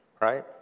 right